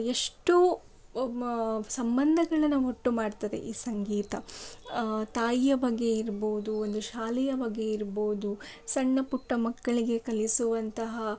ಎಷ್ಟೋ ಸಂಬಂಧಗಳನ್ನ ಒಟ್ಟುಮಾಡ್ತದೆ ಈ ಸಂಗೀತ ತಾಯಿಯ ಬಗ್ಗೆ ಇರಬಹುದು ಒಂದು ಶಾಲೆಯ ಬಗ್ಗೆ ಇರಬಹುದು ಸಣ್ಣ ಪುಟ್ಟ ಮಕ್ಕಳಿಗೆ ಕಲಿಸುವಂತಹ